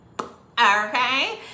okay